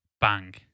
bang